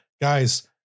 Guys